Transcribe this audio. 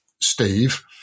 Steve